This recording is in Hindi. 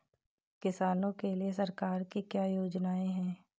किसानों के लिए सरकार की क्या योजनाएं हैं?